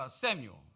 Samuel